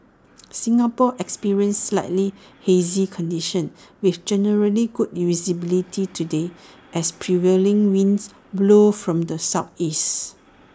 Singapore experienced slightly hazy conditions with generally good visibility today as prevailing winds blow from the Southeast